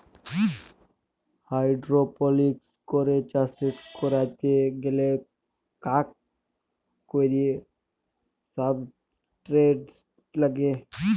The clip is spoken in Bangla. হাইড্রপলিক্স করে চাষ ক্যরতে গ্যালে কাক কৈর সাবস্ট্রেট লাগে